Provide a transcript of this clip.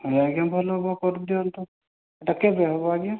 ହେଲେ ଆଜ୍ଞା ଭଲ ହବ କରଦିଅନ୍ତୁ ଏଇଟା କେବେ ହବ ଆଜ୍ଞା